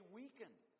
weakened